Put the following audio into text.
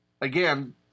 Again